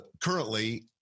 currently